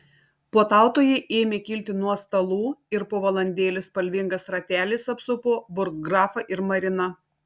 puotautojai ėmė kilti nuo stalų ir po valandėlės spalvingas ratelis apsupo burggrafą ir mariną